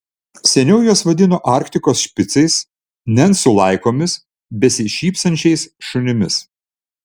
seniau juos vadino arktikos špicais nencų laikomis besišypsančiais šunimis